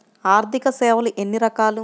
ఆర్థిక సేవలు ఎన్ని రకాలు?